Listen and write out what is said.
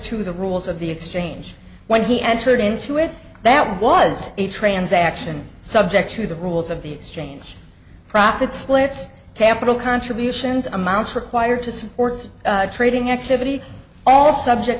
the rules of the exchange when he entered into it that was a transaction subject to the rules of the exchange profits splits capital contributions amounts required to support trading activity all subject